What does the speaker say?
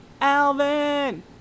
Alvin